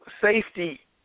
safety